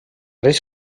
reis